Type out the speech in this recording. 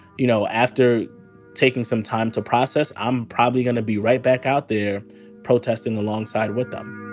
you know, after taking some time to process, i'm probably gonna be right back out there protesting alongside with them